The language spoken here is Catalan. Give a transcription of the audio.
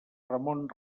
ramon